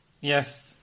Yes